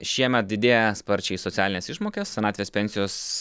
šiemet didėja sparčiai socialinės išmokės senatvės pensijos